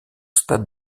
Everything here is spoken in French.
stade